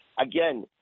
Again